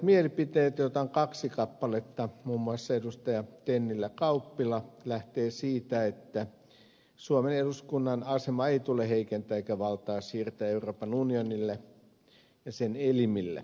eriäviä mielipiteitä on kaksi kappaletta ja muun muassa edustajat tennilä ja kauppila lähtevät siitä että suomen eduskunnan asemaa ei tule heikentää eikä valtaa siirtää euroopan unionille ja sen elimille